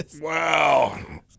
Wow